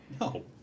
No